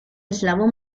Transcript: eslavo